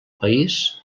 país